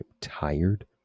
tired